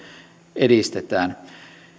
edistetään